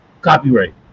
Copyright